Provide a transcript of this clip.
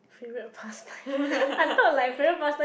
favourite pastime I thought like favourite pastime